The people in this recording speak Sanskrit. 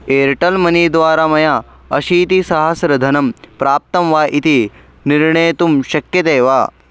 एर्टेल् मनी द्वारा मया अशीतिसहस्रं धनं प्राप्तं वा इति निर्णेतुं शक्यते वा